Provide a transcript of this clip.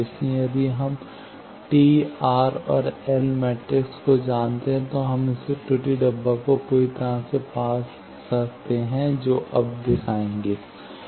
इसलिए यदि हम T R और L मैट्रिक्स को जानते हैं तो हम इस त्रुटि डब्बा को पूरी तरह से पा सकते हैं जो अब दिखाएगा